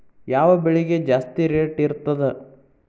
ಯಾವ ಬೆಳಿಗೆ ಜಾಸ್ತಿ ರೇಟ್ ಇರ್ತದ?